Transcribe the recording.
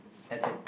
that's it